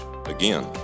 Again